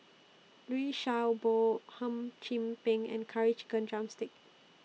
Liu Sha Bao Hum Chim Peng and Curry Chicken Drumstick